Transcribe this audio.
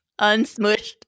unsmushed